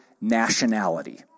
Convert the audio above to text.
nationality